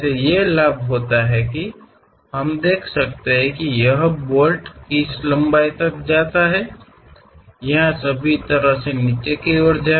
ಇದನ್ನು ಮಾಡುವುದರ ಮೂಲಕ ಈ ಬೋಲ್ಟ್ ಯಾವ ಉದ್ದಕ್ಕೆ ಹೋಗಬಹುದು ಎಂಬುದನ್ನು ನಾವು ನೋಡಬಹುದು ಇಲ್ಲಿ ಅದು ಎಲ್ಲಾ ರೀತಿಯಲ್ಲಿ ಕೆಳಗೆ ಹೋಗುತ್ತದೆ